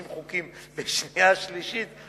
חוקים בקריאה שנייה ובקריאה שלישית.